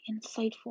insightful